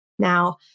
Now